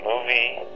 movie